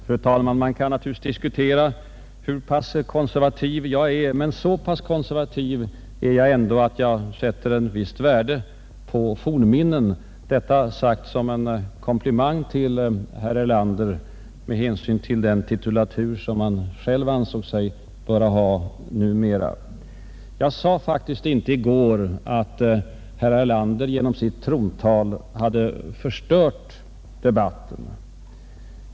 Fru talman! Man kan naturligtvis diskutera hur konservativ jag är, men så konservativ är jag ändå att jag sätter ett visst värde på fornminnen — detta sagt som en komplimang till herr Erlander med hänsyn till den titel han själv ansäg att han numera bör ha. Jag sade faktiskt inte i går att herr Erlander genom sitt Metalltal hade förstört debatten.